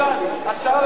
לא, זה השר הרשום.